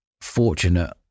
fortunate